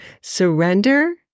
surrender